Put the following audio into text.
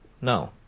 no